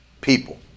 people